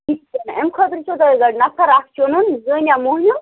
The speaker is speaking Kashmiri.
اَمہِ خٲطرٕ چھُو تۄہہِ گۄڈٕ نفر اَکھ چُنُن زٔن یا موٚہنیوٗ